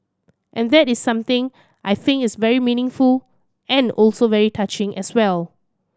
and that is something I think is very meaningful and also very touching as well